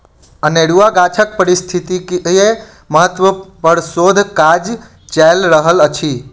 अनेरुआ गाछक पारिस्थितिकीय महत्व पर शोध काज चैल रहल अछि